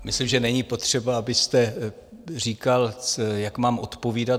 Myslím, že není potřeba, abyste říkal, jak mám odpovídat.